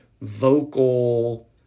vocal